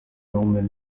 women